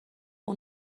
اون